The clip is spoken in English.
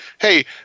Hey